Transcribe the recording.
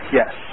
yes